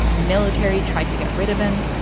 the military tried to get rid of him,